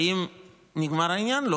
האם נגמר העניין?